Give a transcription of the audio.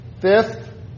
Fifth